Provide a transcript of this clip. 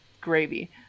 gravy